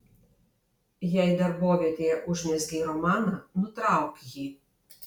jei darbovietėje užmezgei romaną nutrauk jį